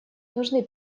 нужны